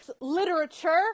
Literature